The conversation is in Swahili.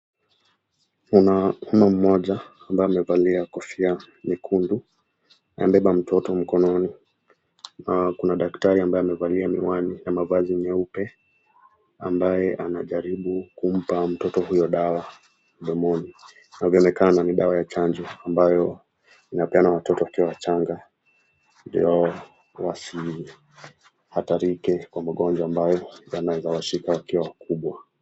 Kuna mama mmoja anbaye amevalia kofia nyekundu amebeba mtoto mkononi na kuna daktari ambaye amevalia miwani na mavazi nyeupe ambaye anajaribu kumpa mtoto huyo dawa mdomoni na inaonekana ni dawa ya chanjo ambayo inapeanwa watoto wakiwa wachanga ndio wasihatarike kwa magonjwa ambayo yanaweza washika wakiwa wakubwa.